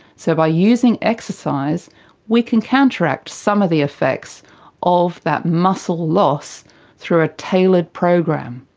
so by using exercise we can counteract some of the effects of that muscle loss through a tailored program.